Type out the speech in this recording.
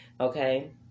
Okay